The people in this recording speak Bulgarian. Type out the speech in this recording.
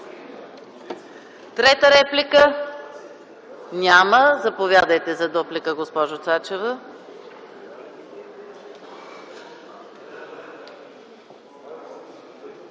трета реплика? Няма. Заповядайте за дуплика, госпожо Цачева.